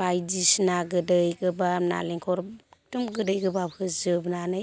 बायदिसिना गोदै गोबाब नालेंखर एखदम गोदै गोबाब होजोबनानै